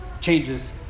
changes